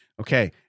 okay